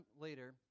later